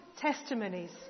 testimonies